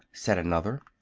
said another.